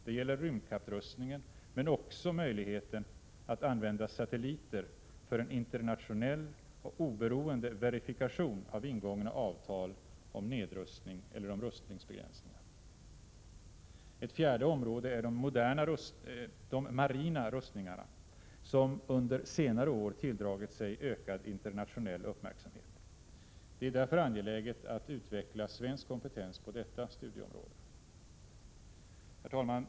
Det gäller rymdkapprustningen, men också möjligheten att använda satelliter för en internationell och oberoende verifikation av ingångna avtal om nedrustning eller rustningsbegränsningar. 4. Ett fjärde område är de marina rustningarna som under senare år tilldragit sig ökad internationell uppmärksamhet. Det är därför angeläget att utveckla svensk kompetens på detta studieområde. Herr talman!